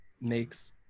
makes